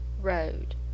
road